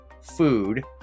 food